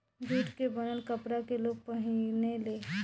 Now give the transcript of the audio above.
jute के बनल कपड़ा के लोग पहिने ले